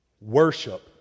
Worship